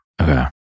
Okay